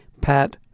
Pat